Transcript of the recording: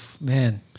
Man